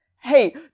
Hey